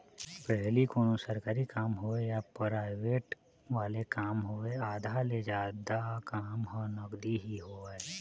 पहिली कोनों सरकारी काम होवय या पराइवेंट वाले काम होवय आधा ले जादा काम ह नगदी ही होवय